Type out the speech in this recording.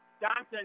Johnson